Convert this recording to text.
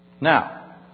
Now